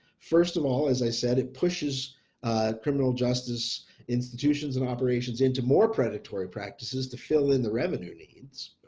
first of all, as i said, it pushes criminal justice institutions and operations into more predatory practices to fill in the revenue needs,